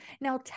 Now